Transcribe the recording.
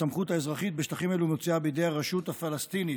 הסמכות האזרחית בשטחים אלו מצויה בידי הרשות הפלסטינית.